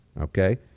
Okay